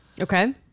Okay